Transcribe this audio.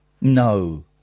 No